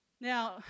Now